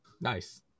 Nice